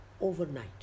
overnight